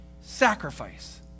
sacrifice